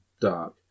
dark